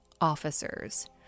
officers